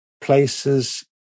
places